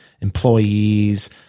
Employees